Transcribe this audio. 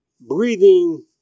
breathing